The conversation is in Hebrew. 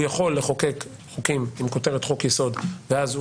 הוא יכול לחוקק חוקים עם כותרת חוק יסוד ואז הוא